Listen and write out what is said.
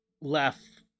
left